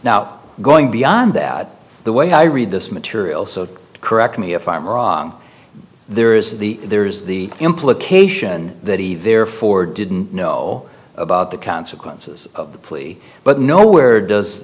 now going beyond that the way i read this material so correct me if i'm wrong there is the there is the implication that he therefore didn't know all about the consequences of the plea but nowhere does